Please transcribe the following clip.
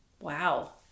Wow